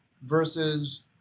versus